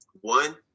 One